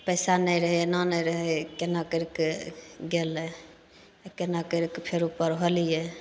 पैसा नहि रहय एना नहि रहय केना करिकऽ गेलय आओर केना करिकऽ फेरो पढ़ौलियै